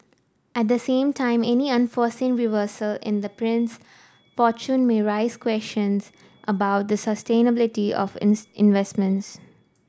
at the same time any unforeseen reversal in the prince fortune may raise questions about the sustainability of investments